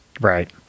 right